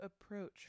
approach